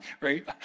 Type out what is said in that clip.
right